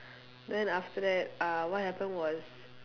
then after that uh what happened was